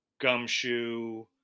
gumshoe